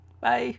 Bye